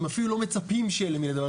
הם אפילו לא מצפים שיהיה להם עם מי לדבר,